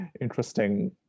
Interesting